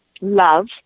Love